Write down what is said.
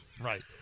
right